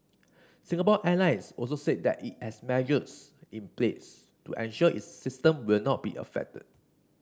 Singapore Airlines also said that it has measures in place to ensure its system will not be affected